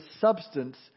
substance